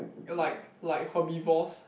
like like herbivores